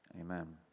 amen